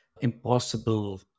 impossible